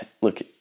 look